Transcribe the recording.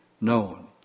known